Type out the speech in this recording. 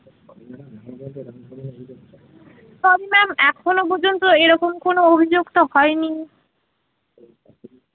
sorry ma'am এখনও পর্যন্ত এরকম কোনো অভিযোগ তো হয় নি